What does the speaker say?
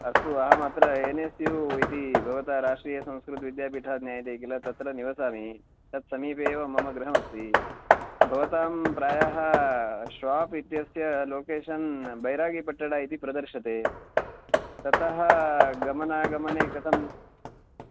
अस्तु अहमत्र N S U इति भवता राष्ट्रियसंस्कृतविद्यापीठः ज्ञायते किल तत्र निवसामि तत् समीपे एव मम गृहमस्ति भवतां प्रायः शोप् इत्यस्य लोकेशन् बैरागिपट्टण इति प्रदर्श्यते ततः गमनागमने कथम्